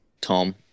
Tom